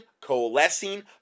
coalescing